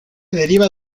deriva